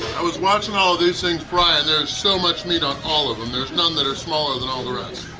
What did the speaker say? i was watching all of these things fry, and there's so much meat on all of them! there's none that are smaller than all the rest!